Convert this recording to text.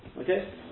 Okay